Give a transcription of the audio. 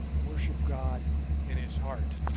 worship god in his heart.